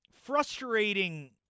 frustrating